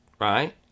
Right